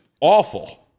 awful